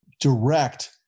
direct